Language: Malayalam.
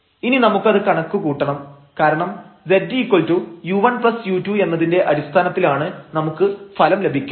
ഇനി നമുക്കത് കൂട്ടാം കാരണം zu1u2 എന്നതിന്റെ അടിസ്ഥാനത്തിലാണ് നമുക്ക് ഫലം ലഭിക്കേണ്ടത്